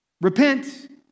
repent